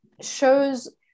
shows